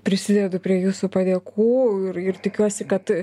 prisidedu prie jūsų padėkų ir ir tikiuosi kad